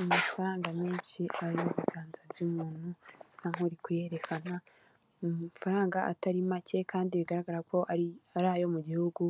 Amafaranga menshi ari mu biganza by'umuntu usa nk'uri kuyerekana, ni amafaranga atari make kandi bigaragara ko ari ari ayo mu gihugu